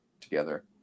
together